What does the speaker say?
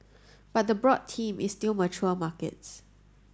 but the broad theme is still mature markets